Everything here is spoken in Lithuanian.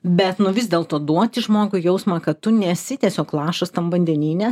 bet nu vis dėlto duoti žmogui jausmą kad tu nesi tiesiog lašas tam vandenyne